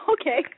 Okay